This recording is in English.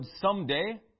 someday